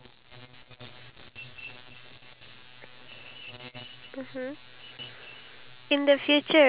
to get the husband to try and fight for that wife for a matter of maybe one to three days